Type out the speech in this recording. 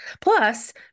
Plus